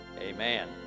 Amen